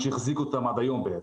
שהחזיקו אותם עד היום בעצם.